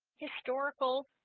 historical